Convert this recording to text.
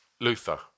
Luther